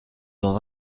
dans